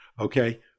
okay